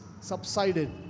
subsided